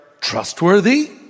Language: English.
trustworthy